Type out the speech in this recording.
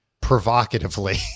provocatively